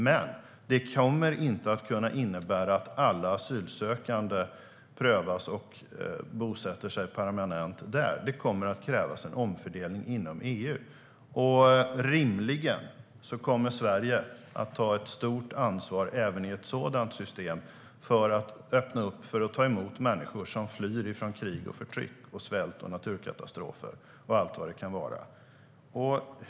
Men det kommer inte att innebära att alla asylsökande kan prövas och bosätta sig permanent där. Det kommer att krävas en omfördelning inom EU. Rimligen kommer Sverige även i ett sådant system att ta ett stort ansvar för att öppna upp för att ta emot människor som flyr från krig, förtryck, svält, naturkatastrofer och allt vad det kan vara.